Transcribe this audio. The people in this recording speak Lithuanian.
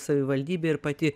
savivaldybė ir pati